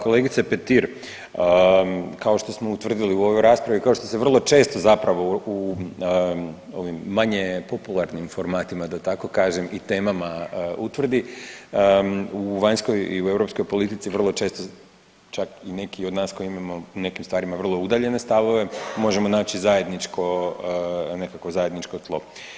Kolegice Petir, kao što smo utvrdili u ovoj raspravi, kao što se vrlo često zapravo u ovim manje popularnim formatima da tako kažem i temama utvrdi u vanjskoj i u europskoj politici vrlo često čak i neki od nas koji imamo u nekim stvarima vrlo udaljene stavove možemo naći zajedničko, nekakvo zajedničko tlo.